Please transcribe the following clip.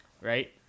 right